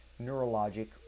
neurologic